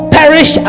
perish